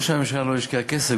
לא שהממשלה לא השקיעה כסף,